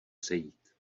sejít